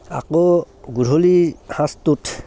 আকৌ গধূলি সাঁজটোত